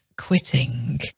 quitting